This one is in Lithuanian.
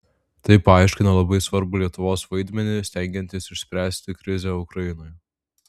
tai paaiškina labai svarbų lietuvos vaidmenį stengiantis išspręsti krizę ukrainoje